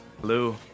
Hello